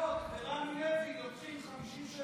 ומהקופאיות ברמי לוי לוקחים 50 שקל.